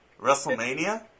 WrestleMania